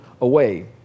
away